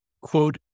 Quote